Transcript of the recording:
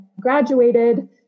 graduated